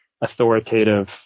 authoritative